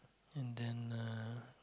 and then uh